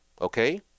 Okay